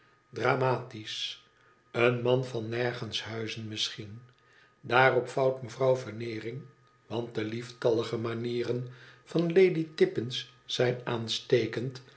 dramatisch een man van nergenshuizen misschien daarop vouwt mevrouw veneering want de lieftallige manieren van lady tippins zijn aanstekend